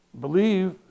believe